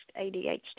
ADHD